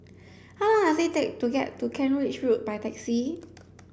how long does it take to get to Kent Ridge Road by taxi